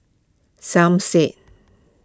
Som Said